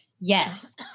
Yes